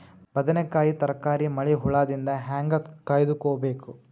ಬದನೆಕಾಯಿ ತರಕಾರಿ ಮಳಿ ಹುಳಾದಿಂದ ಹೇಂಗ ಕಾಯ್ದುಕೊಬೇಕು?